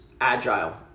agile